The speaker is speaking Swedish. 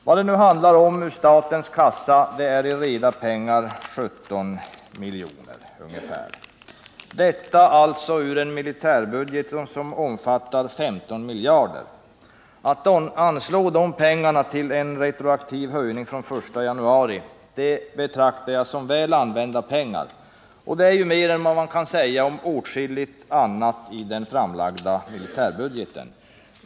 Vad det nu handlar om i reda pengar ur statens kassa är ungefär 17 miljoner — detta alltså ur en militärbudget som omfattar 15 miljarder. Att anslå de pengarna till en retroaktiv höjning från den 1 januari betraktar jag som väl använda pengar. Och det är ju mer än man kan säga om åtskilligt annat i den framlagda militärbudgeten.